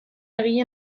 egile